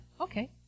Okay